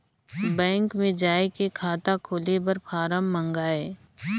Bank मे जाय के खाता खोले बर फारम मंगाय?